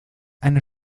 eine